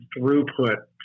throughput